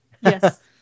Yes